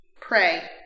Pray